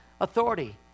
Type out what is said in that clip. authority